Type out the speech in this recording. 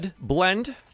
Blend